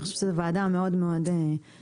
אני חושבת שזאת ועדה מאוד מאוד חשובה.